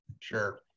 Sure